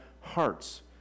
hearts